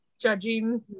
judging